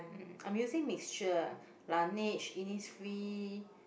um I'm using mixture Laneige Innisfree